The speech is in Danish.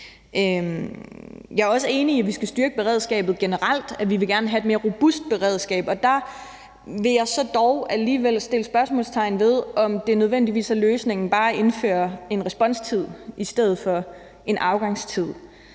Jeg er også enig i, at vi skal styrke beredskabet generelt. Vi vil gerne have et mere robust beredskab, men der vil jeg dog alligevel sætte spørgsmålstegn ved, om det nødvendigvis er løsningen bare at indføre en responstid i stedet for en afgangstid.